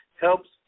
helps